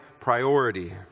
priority